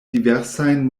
diversajn